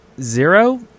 zero